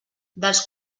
dels